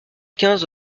quinze